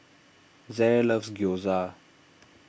Zaire loves Gyoza